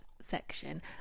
section